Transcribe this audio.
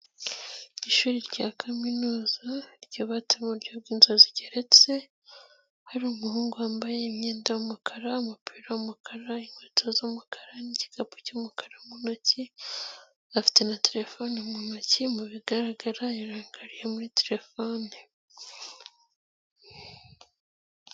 Ishuri rya kaminuza ryubatse mu buryo bw'inzu zigeretse, hari umuhungu wambaye imyenda y'umukara, umupira w'umukara, inkweto z'umukara n'igikapu cy'umukara mu ntoki, afite na telefone mu ntoki, bigaragara yarangariye muri telefone.